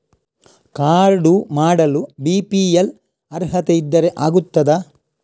Card ಮಾಡಲು BPL ಅರ್ಹತೆ ಇದ್ದರೆ ಆಗುತ್ತದ?